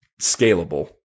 scalable